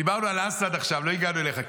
דיברנו על אסד עכשיו, לא הגענו אליך.